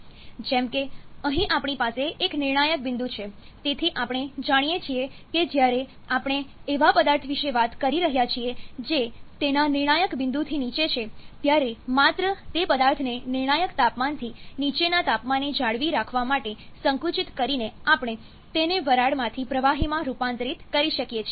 જેમ કે અહીં આપણી પાસે એક નિર્ણાયક બિંદુ છે તેથી આપણે જાણીએ છીએ કે જ્યારે આપણે એવા પદાર્થ વિશે વાત કરી રહ્યા છીએ જે તેના નિર્ણાયક બિંદુથી નીચે છે ત્યારે માત્ર તે પદાર્થને નિર્ણાયક તાપમાનથી નીચેના તાપમાને જાળવી રાખવા માટે સંકુચિત કરીને આપણે તેને વરાળમાંથી પ્રવાહીમાં રૂપાંતરિત કરી શકીએ છીએ